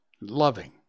loving